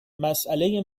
مساله